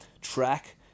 track